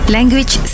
Language